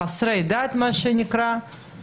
מה שנקרא חסרי דת.